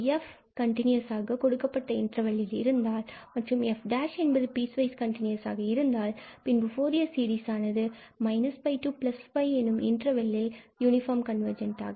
பின்பு f continuous ஆக கொடுக்கப்பட்ட இன்டர்வெல்லில் இருந்தால் மற்றும் f' பீஸ் வைஸ் கண்டினியூஸ் ஆக இருந்தால் பின்பு ஃபூரியர் சீரிஸ் ஆனது −𝜋𝜋 எனும் இன்டர்வெல்லில் யூனிபார்ம் கன்வர்ஜெண்ட் ஆக இருக்கும்